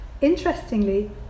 Interestingly